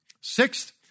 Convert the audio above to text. Sixth